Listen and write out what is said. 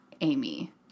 Amy